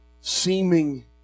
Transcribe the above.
seeming